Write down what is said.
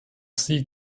sie